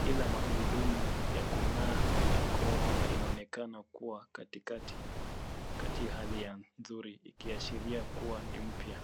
ila magurudumu ya kung'aa ya chrome na inaonekana kuwa katikati kati hali ya nzuri ,ikiashiria kuwa mpya.